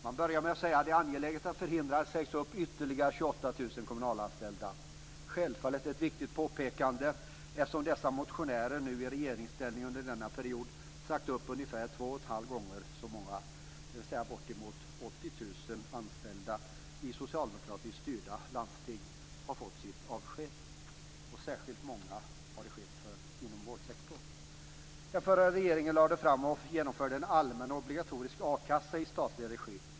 Man började med att säga att det är angeläget att förhindra att det sägs upp ytterligare 28 000 kommunalanställda. Självfallet är det ett viktigt påpekande, eftersom dessa motionärer nu i regeringsställning under denna period sagt upp ungefär två och en halv gånger så många, dvs. att bortåt 80 000 anställda i socialdemokratiskt styrda landsting har fått sitt avsked, särskilt många inom vårdsektorn. Den förra regeringen lade fram och genomförde en allmän och obligatorisk a-kassa i statlig regi.